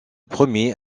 premier